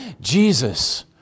Jesus